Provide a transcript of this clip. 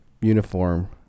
uniform